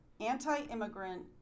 anti-immigrant